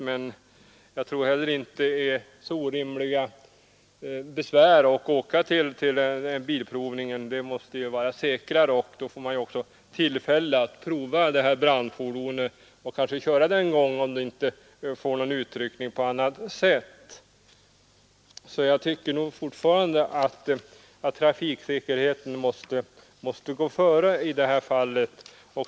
Jag tror dock inte heller att det är så orimligt stort besvär att fara till en bilprovningsstation. Det måste vara säkrare att besiktiga fordonen varje halvår. Då får man också tillfälle att köra dem någon gång, även om det inte blir någon utryckning. Jag tycker fortfarande att trafiksäkerheten måste gå före i detta fall.